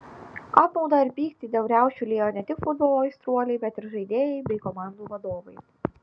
apmaudą ir pyktį dėl riaušių liejo ne tik futbolo aistruoliai bet ir žaidėjai bei komandų vadovai